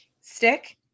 stick